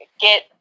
get